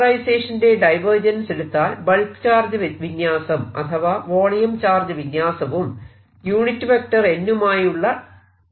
പോളറൈസേഷന്റെ divergence എടുത്താൽ bulk charge വിന്യാസം അഥവാ വോളിയം ചാർജ് വിന്യാസവും യൂണിറ്റ് വെക്റ്റർ n മായുള്ള n എന്നത് ഡൈഇലൿട്രിക്കിൽ നിന്നും പുറത്തേക്കുള്ള ദിശയിലേക്കുള്ള ലംബം ആണ്